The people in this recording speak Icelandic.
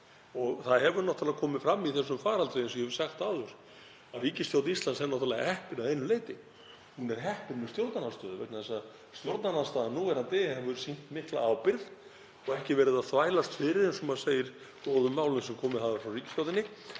Það hefur náttúrlega komið fram í þessum faraldri, eins og ég hef sagt áður, að ríkisstjórn Íslands er heppin að einu leyti. Hún er heppin með stjórnarandstöðu vegna þess að stjórnarandstaðan núverandi hefur sýnt mikla ábyrgð og ekki verið að þvælast fyrir, eins og maður segir, góðum málum sem komið hafa frá ríkisstjórninni